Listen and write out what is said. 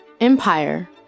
Empire